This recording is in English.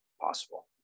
possible